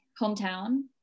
hometown